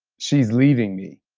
she's leaving me.